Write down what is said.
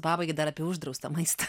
pabaigai dar apie uždraustą maistą